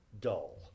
dull